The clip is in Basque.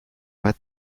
bat